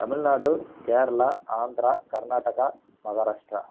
Tamil Nadu Kerala Andhra Karnataka Maharashtra